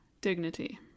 dignity